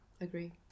Agree